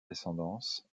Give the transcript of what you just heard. descendance